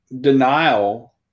denial